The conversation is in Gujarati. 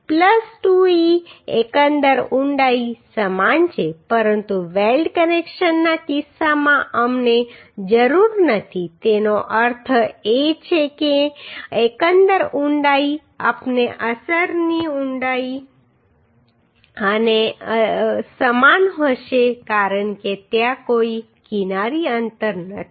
2e એકંદર ઊંડાઈ સમાન છે પરંતુ વેલ્ડ કનેક્શનના કિસ્સામાં અમને જરૂર નથી તેનો અર્થ એ છે કે એકંદર ઊંડાઈ અને અસરની ઊંડાઈ સમાન હશે કારણ કે ત્યાં કોઈ કિનારી અંતર નથી